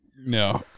No